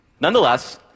Nonetheless